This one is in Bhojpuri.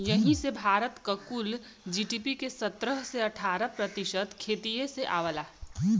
यही से भारत क कुल जी.डी.पी के सत्रह से अठारह प्रतिशत खेतिए से आवला